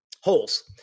Holes